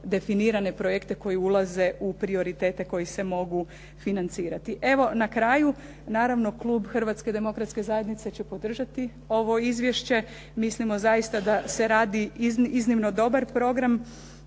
definirane projekte koji ulaze u prioritete koji se mogu financirati. Evo, na kraju, naravno klub Hrvatske demokratske zajednice će podržati ovo izvješće. Mislimo zaista da se radi iznimno dobar program